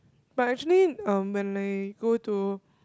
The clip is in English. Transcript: but actually um when I go to